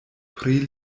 pri